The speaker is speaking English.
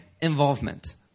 involvement